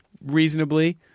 reasonably